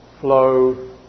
flow